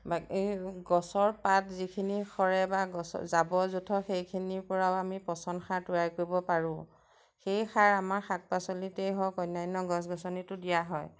এই গছৰ পাত যিখিনি সৰে বা গছ জাবৰ জোথৰ সেইখিনিৰ পৰাও আমি পচন সাৰ তৈয়াৰ কৰিব পাৰোঁ সেই সাৰ আমাৰ শাক পাচলিতেই হওক অন্যান্য গছ গছনিটো দিয়া হয়